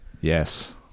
yes